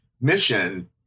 mission